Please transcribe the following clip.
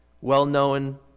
Well-known